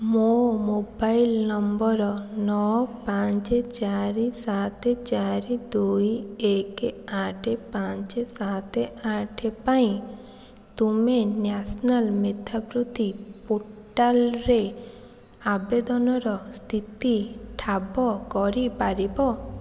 ମୋ mobile number ନଅ ପାଞ୍ଚ ଚାରି ସାତ ଦୁଇ ଏକ ଆଠ ପାଞ୍ଚ ସାତ ଆଠ ପାଇଁ ତୁମେ ନ୍ୟାସନାଲ୍ ମେଧାବୃତ୍ତି ପୋର୍ଟାଲ୍ରେ ଆବେଦନର ସ୍ଥିତି ଠାବ କରିପାରିବ